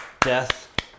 death